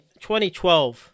2012